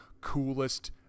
coolest